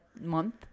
month